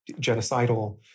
genocidal